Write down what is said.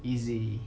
easy